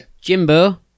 Jimbo